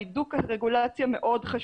הידוק הרגולציה מאוד חשוב.